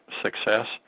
success